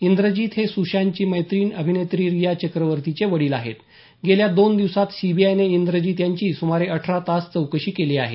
इंद्रजीत हे स्शांतची मैत्रीण अभिनेत्री रिया चक्रवर्तीचे वडील आहेत गेल्या दोन दिवसांत सीबीआयने इंद्रजीत यांची सुमारे अठरा तास चौकशी केली आहे